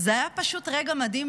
וזה היה פשוט רגע מדהים,